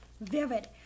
Vivid